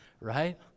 right